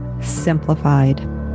Simplified